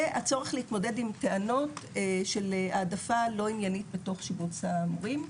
והצורך להתמודד עם טענות של העדפה לא עניינית בתוך שיבוץ המורים.